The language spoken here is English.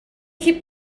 keep